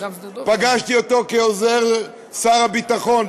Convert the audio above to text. פגשתי אותו כעוזר שר הביטחון,